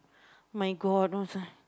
my god